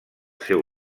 seu